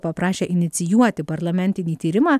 paprašė inicijuoti parlamentinį tyrimą